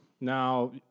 Now